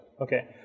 Okay